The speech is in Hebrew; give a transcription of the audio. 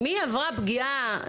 אם היא עברה פגיעה,